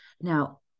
Now